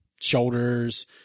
shoulders